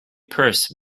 purse